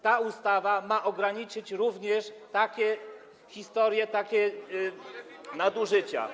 Ta ustawa ma ograniczyć również takie historie, takie nadużycia.